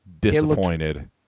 disappointed